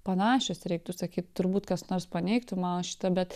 panašios ir reiktų sakyt turbūt kas nors paneigtų mano šitą bet